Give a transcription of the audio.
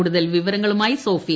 കൂടുതൽ വിവരങ്ങളുമായി സോഫിയ